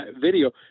video